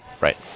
Right